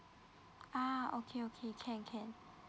ah okay okay can can